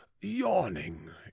yawning